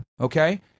okay